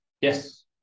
Yes